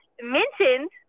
mentioned